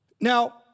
Now